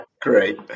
Great